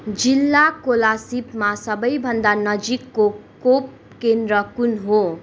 जिल्ला कोलासिबमा सबैभन्दा नजिकको खोप केन्द्र कुन हो